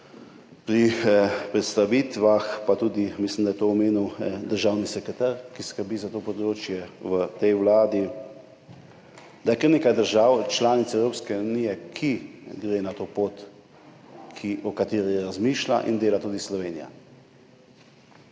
pri predstavitvah, mislim, da je to omenil tudi državni sekretar, ki skrbi za to področje v Vladi, da je kar nekaj držav članic Evropske unije, ki gre na to pot, o kateri razmišlja in kar dela tudi Slovenija.